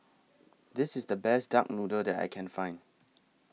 This IS The Best Duck Noodle that I Can Find